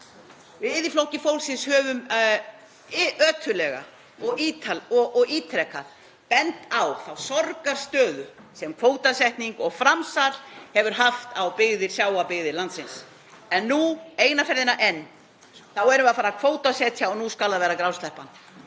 Við í Flokki fólksins höfum ötullega og ítrekað bent á þá sorgarstöðu sem kvótasetning og framsal hefur haft á sjávarbyggðir landsins en nú eina ferðina enn erum við að fara að kvótasetja og nú skal það vera grásleppan.